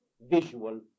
visual